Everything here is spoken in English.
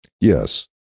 Yes